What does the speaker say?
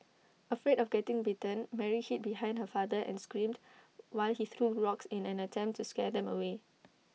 afraid of getting bitten Mary hid behind her father and screamed while he threw rocks in an attempt to scare them away